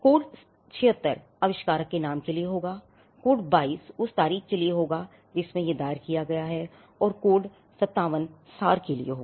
code 76 आविष्कारक के नाम के लिए होगा कोड 22 उस तारीख के लिए होगा जिस पर यह दायर किया गया है फिर कोड 57 सार के लिए होगा